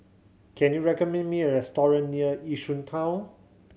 can you recommend me a restaurant near Yishun Town